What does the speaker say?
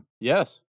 Yes